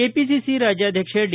KPCC ರಾಜ್ಯಾಧ್ಯಕ್ಷ D